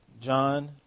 John